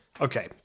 Okay